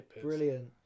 brilliant